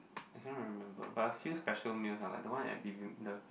I can't remember but I feel special meals lah like the one I give you the